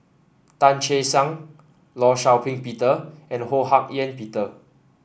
Tan Che Sang Law Shau Ping Peter and Ho Hak Ean Peter